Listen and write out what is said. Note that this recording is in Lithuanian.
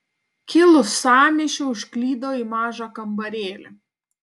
kilus sąmyšiui užklydau į mažą kambarėlį